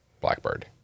Blackbird